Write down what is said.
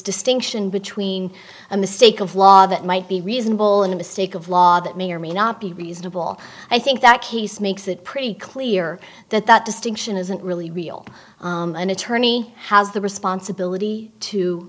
distinction between a mistake of law that might be reasonable and a mistake of law that may or may not be reasonable i think that case makes it pretty clear that that distinction isn't really real an attorney has the responsibility to